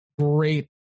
great